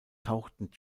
tauchten